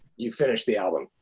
you finished the album.